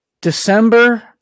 December